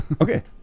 Okay